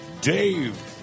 Dave